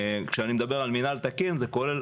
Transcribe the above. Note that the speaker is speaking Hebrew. כשאני מדבר על מינהל תקין, זה כולל